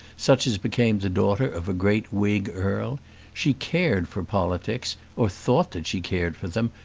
such as became the daughter of a great whig earl she cared for politics, or thought that she cared for them,